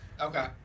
Okay